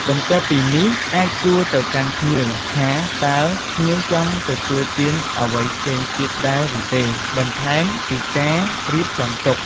បន្ទាប់ពីនេះ អាចសួរទៅកាន់ភ្ញៀវ ថាតើភ្ញៀវចង់ទទួលទានអ្វីផ្សេងទៀតដែរឬទេ បន្ថែមពីការរៀបចំទុក ។